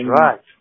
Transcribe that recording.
right